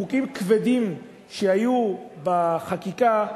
שחוקים כבדים שהיו בחקיקה,